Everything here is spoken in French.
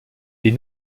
les